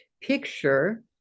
picture